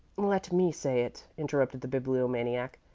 let me say it, interrupted the bibliomaniac.